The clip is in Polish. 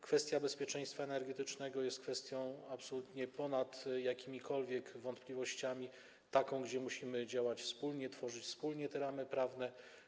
Kwestia bezpieczeństwa energetycznego jest kwestią absolutnie ponad jakimikolwiek wątpliwościami, taką, kiedy musimy działać wspólnie, tworzyć wspólnie ramy prawne.